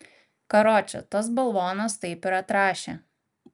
karoče tas balvonas taip ir atrašė